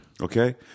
Okay